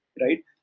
Right